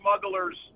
smuggler's